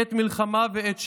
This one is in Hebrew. עת מלחמה ועת שלום"